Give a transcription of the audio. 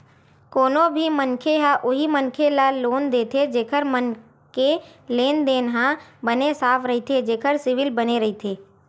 कोनो भी मनखे ह उही मनखे ल लोन देथे जेखर मन के लेन देन ह बने साफ रहिथे जेखर सिविल बने रहिथे